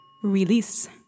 Release